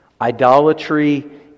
Idolatry